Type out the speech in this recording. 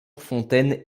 fontaine